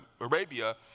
Arabia